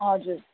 हजुर